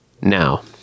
now